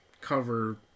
cover